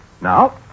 Now